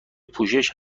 پوشش